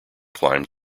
climbed